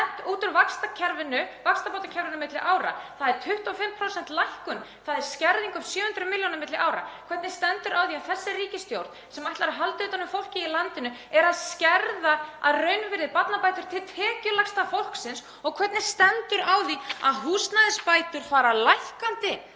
hent út úr vaxtabótakerfinu milli ára? Það er 25% lækkun. Það er skerðing um 700 milljónir milli ára. Hvernig stendur á því að þessi ríkisstjórn, sem ætlar að halda utan um fólkið í landinu, er að skerða að raunvirði barnabætur til tekjulægsta fólksins? Og hvernig stendur á því að húsnæðisbætur fara lækkandi